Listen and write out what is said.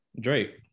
Drake